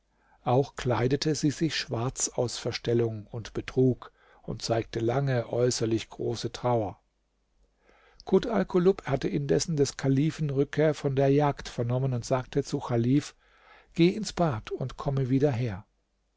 auch kleidete sie sich schwarz aus verstellung und betrug und zeigte lange äußerlich große trauer kut alkulub hatte indessen des kalifen rückkehr von der jagd vernommen und sagte zu chalif geh ins bad und komme wieder her